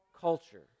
culture